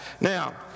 Now